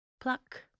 Pluck